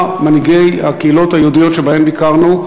מנהיגי הקהילות היהודיות שבהן ביקרנו,